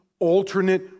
alternate